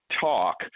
talk